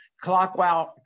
clockwise